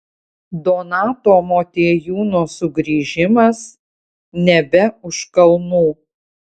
donato motiejūno sugrįžimas nebe už kalnų